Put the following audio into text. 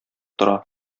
тора